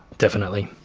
definitely.